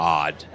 odd